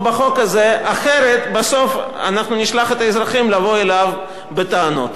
בבית הזה ואנשים מצביעים לפי הכותרות.